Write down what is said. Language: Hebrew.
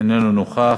אינו נוכח,